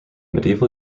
medieval